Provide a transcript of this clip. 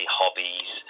hobbies